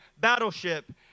battleship